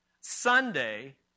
Sunday